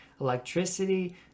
electricity